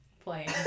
playing